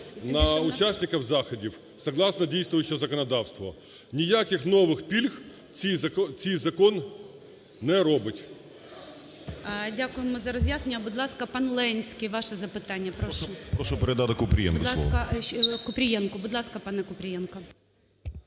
на "учасників заходів" согласно діючого законодавства. Ніяких нових пільг цей закон не робить.